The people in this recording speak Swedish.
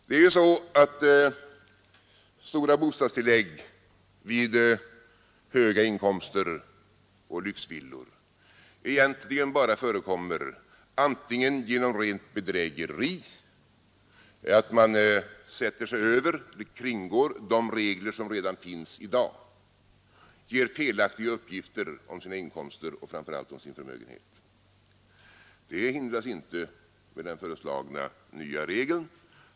Det är ju så att stora bostadstillägg i fall med höga inkomster och lyxvillor egentligen bara förekommer vid rent bedrägeri, där man antingen sätter sig över de regler som redan finns i dag eller kringgår dem genom att ge felaktiga uppgifter om sina inkomster och framför allt om sin förmögenhet. Sådana fall förhindrar man inte med den föreslagna nya regeln.